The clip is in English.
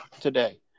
today